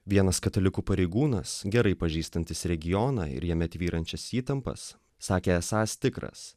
vienas katalikų pareigūnas gerai pažįstantis regioną ir jame tvyrančias įtampas sakė esąs tikras